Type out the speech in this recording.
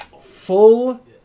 full